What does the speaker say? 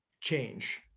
change